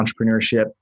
entrepreneurship